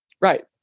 Right